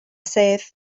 sedd